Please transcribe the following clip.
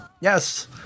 Yes